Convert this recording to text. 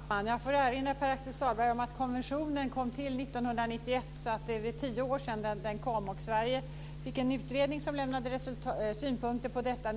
Fru talman! Jag får erinra Pär-Axel Sahlberg om att konventionen kom 1991. Det är tio år sedan den kom. År 1999 lade en utredning fram synpunkter på detta.